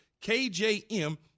KJM